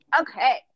okay